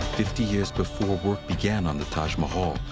fifty years before work began on the taj mahal,